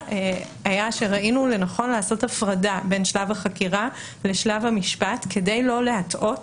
שראינו לנכון לעשות הפרדה בין שלב החקירה לשלב המשפט כדי לא להטעות